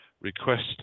request